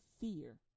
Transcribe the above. Fear